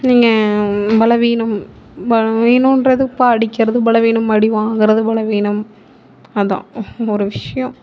நீங்கள் பலவீனம் பலவீனகிறது இப்போ அடிக்கிறது பலவீனம் அடி வாங்கிறது பலவீனம் அதுதான் ஒரு விஷயம்